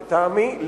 לטעמי,